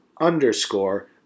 underscore